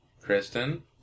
Kristen